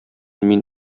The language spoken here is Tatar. мин